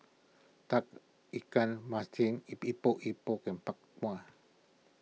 Tauge Ikan Masin Epok Epok and Bak Chang